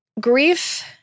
grief